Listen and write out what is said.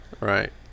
right